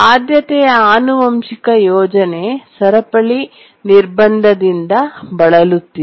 ಆದ್ಯತೆಯ ಆನುವಂಶಿಕ ಯೋಜನೆ ಸರಪಳಿ ನಿರ್ಬಂಧದಿಂದ ಬಳಲುತ್ತಿದೆ